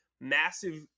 massive